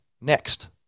next